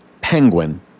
Penguin